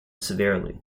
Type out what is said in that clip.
severely